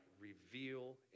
reveal